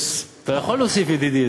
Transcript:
אתה יכול להוסיף "ידידי",